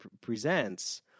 presents